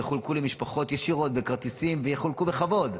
יחולקו למשפחות ישירות בכרטיסים ויחולקו בכבוד,